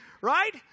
right